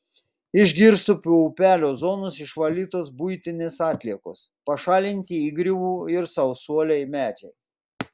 iš girstupio upelio zonos išvalytos buitinės atliekos pašalinti įgriuvų ir sausuoliai medžiai